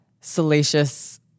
salacious